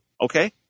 okay